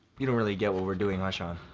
you don't really get what we're doing, huh, sean?